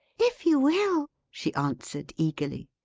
if you will! she answered, eagerly.